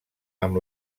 amb